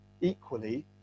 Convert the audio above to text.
equally